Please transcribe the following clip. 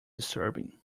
disturbing